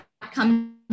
come